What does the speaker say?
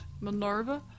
Minerva